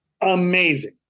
Amazing